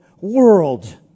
world